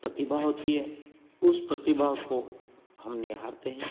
प्रतिभा होती है उस प्रतिभा को हम निहारते हैं